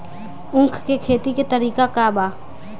उख के खेती का तरीका का बा?